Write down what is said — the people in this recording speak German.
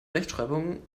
rechtschreibung